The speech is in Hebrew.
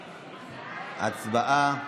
הצבעה.